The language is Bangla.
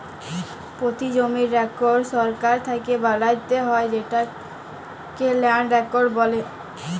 পতি জমির রেকড় সরকার থ্যাকে বালাত্যে হয় যেটকে ল্যান্ড রেকড় বলে